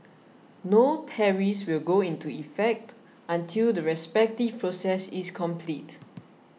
no tariffs will go into effect until the respective process is complete